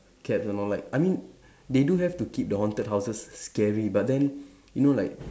cat and all like I mean they do have to keep the haunted houses scary but then you know like